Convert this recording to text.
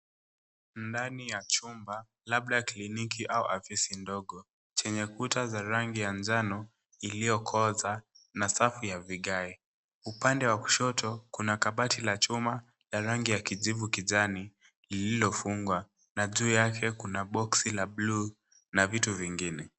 Ndani ya chumba, labda kliniki au afisi ndogo chenye kuta za rangi ya njano iliyokoza na safu ya vigae. Upande wa kushoto kuna kabati la chuma ya rangi ya kijivu kijani lililofungwa na juu yake kuna boxi la buluu na vitu vingine.